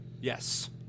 Yes